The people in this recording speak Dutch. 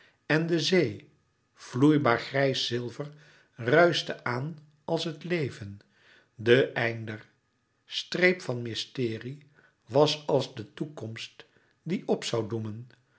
en de zee vloeibaar grijs zilver ruischte aan als het leven de einder streep van mysterie was als de toekomst die op zoû doemen